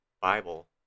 Bible